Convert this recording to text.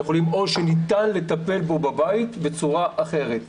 החולים או שניתן לטפל בו בבית בצורה אחרת.